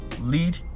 Lead